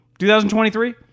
2023